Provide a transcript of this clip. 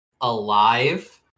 alive